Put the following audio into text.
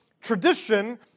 tradition